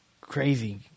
crazy